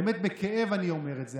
באמת בכאב אני אומר את זה,